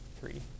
three